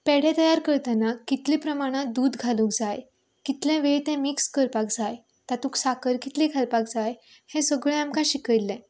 पेडे तयार करतना कितलें प्रमाणांत दूद घालूंक जाय कितलें वेळ तें मिक्स करपाक जाय तातूंत साखर कितलीं घालपाक जाय हें सगळें आमकां शिकयल्लें